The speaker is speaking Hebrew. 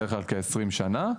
בדרך כלל ה-20 שנים.